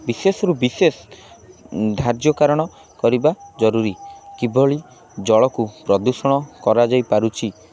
ବିଶେଷ ରୁ ବିଶେଷ ଧାର୍ଯ୍ୟକାରଣ କରିବା ଜରୁରୀ କିଭଳି ଜଳକୁ ପ୍ରଦୂଷଣ କରାଯାଇପାରୁଛି